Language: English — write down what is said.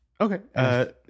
Okay